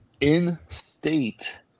in-state